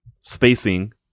spacing